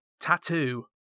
Tattoo